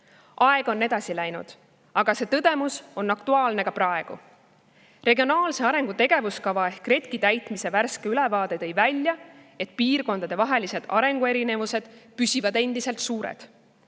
Aeg on edasi läinud, aga see tõdemus on aktuaalne ka praegu. Regionaalse arengu tegevuskava ehk RETK-i täitmise värske ülevaade tõi välja, et piirkondadevahelised arenguerinevused püsivad endiselt suured.